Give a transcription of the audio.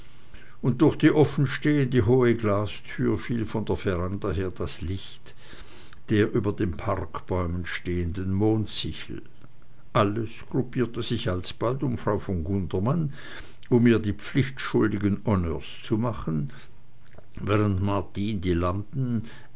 und durch die offenstehende hohe glastür fiel von der veranda her das licht der über den parkbäumen stehenden mondsichel alles gruppierte sich alsbald um frau von gundermann um dieser die pflichtschuldigen honneurs zu machen während martin die